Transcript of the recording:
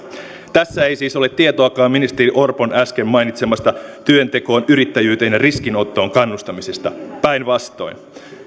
tässä ei siis ole tietoakaan ministeri orpon äsken mainitsemasta työntekoon yrittäjyyteen ja riskinottoon kannustamisesta päinvastoin